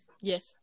Yes